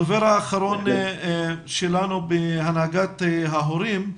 הדובר האחרון שלנו בהנהגת ההורים,